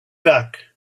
back